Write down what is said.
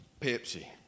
Pepsi